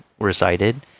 Resided